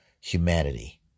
humanity